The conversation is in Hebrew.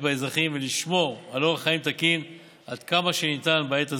באזרחים ולשמור על אורח חיים תקין עד כמה שניתן בעת הזאת.